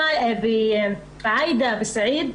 עאידה וסעיד,